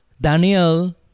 Daniel